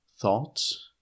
thoughts